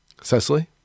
Cecily